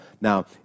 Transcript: Now